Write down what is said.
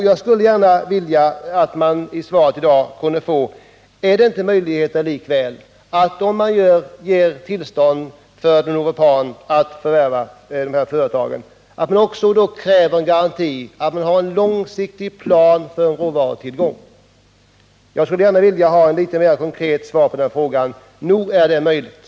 Jag skulle gärna vilja att statsrådet kompletterar sitt svar och anger om det inte finns möjligheter, om man ger förvärvstillstånd till Novopan, att också kräva garanti för en långsiktig plan när det gäller råvarutillgången. Jag skulle vilja ha ett konkret svar på den punkten.